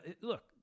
look